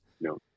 No